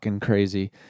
crazy